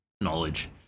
knowledge